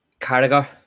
Carragher